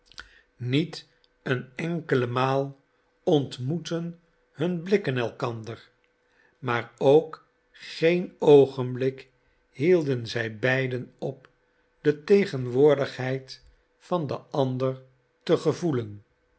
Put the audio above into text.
niet een enkele maal ontmoetten hun blikken elkander maar ook geen oogenblik hielden zij beiden op de tegenwoordigheid van den ander te gevoelen